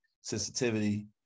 sensitivity